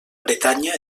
bretanya